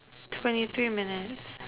twenty three minutes